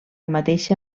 mateixa